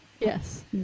Yes